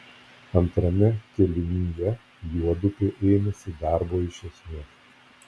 antrame kėlinyje juodupė ėmėsi darbo iš esmės